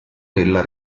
della